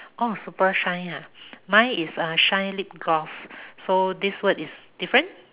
super shine mine is shine lip gloss so this word is different